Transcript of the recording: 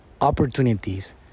opportunities